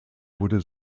wurde